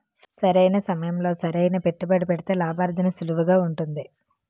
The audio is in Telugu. సరైన సమయంలో సరైన పెట్టుబడి పెడితే లాభార్జన సులువుగా ఉంటుంది